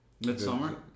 Midsummer